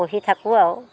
বহি থাকোঁ আৰু